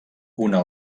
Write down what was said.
una